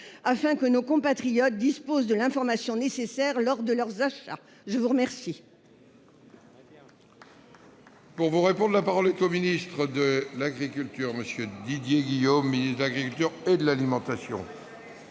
afin que nos compatriotes disposent de l'information nécessaire lors de leurs achats ? La parole